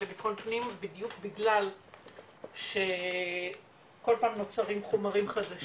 לבטחון פנים בדיוק בגלל שכל פעם נוצרים חומרים חדשים.